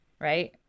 right